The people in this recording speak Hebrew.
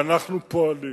ואנחנו פועלים